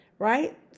Right